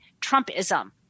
Trumpism